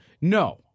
No